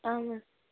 اَہَنہٕ